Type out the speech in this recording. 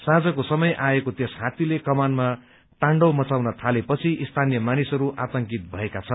साँझको समय आएको त्यस हात्तीले कमानमा ताण्डव मचाउन थाले पछि स्थानीय मानिसहरू आतंकित भएको छन्